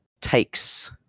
takes